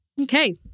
Okay